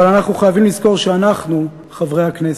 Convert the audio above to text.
אבל אנחנו חייבים לזכור שאנחנו חברי הכנסת.